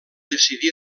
decidí